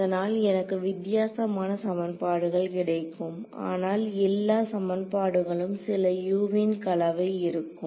அதனால் எனக்கு வித்தியாசமான சமன்பாடுகள் கிடைக்கும் ஆனால் எல்லா சமன்பாடுகளும் சில U வின் கலவை இருக்கும்